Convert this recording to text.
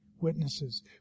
witnesses